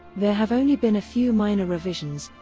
there have only been a few minor revisions,